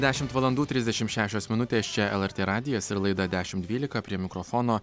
dešimt valandų trisdešim šešios minutės čia lrt radijas ir laida dešim dvylika prie mikrofono